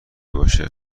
باشه